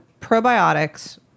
probiotics